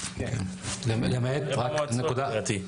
למעט שטחים פרטיים.